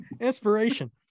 inspiration